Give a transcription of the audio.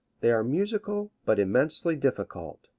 they are musical but immensely difficult.